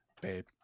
Babe